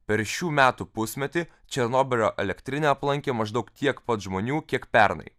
per šių metų pusmetį černobylio elektrinę aplankė maždaug tiek pat žmonių kiek pernai